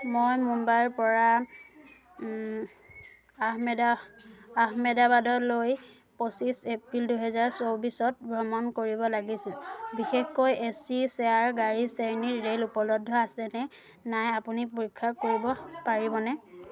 মই মুম্বাইৰ পৰা আহমেদা আহমেদাবাদলৈ পঁচিছ এপ্ৰিল দুহেজাৰ চৌবিছত ভ্ৰমণ কৰিব লাগিছিল বিশেষকৈ এচি শ্বেয়াৰ গাড়ী শ্ৰেণীৰ ৰে'ল উপলব্ধ আছেনে নাই আপুনি পৰীক্ষা কৰিব পাৰিবনে